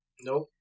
Nope